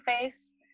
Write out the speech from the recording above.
face